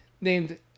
named